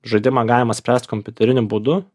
žaidimą galima spręst kompiuteriniu būdu